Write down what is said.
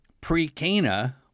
pre-cana